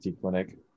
clinic